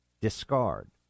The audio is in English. discard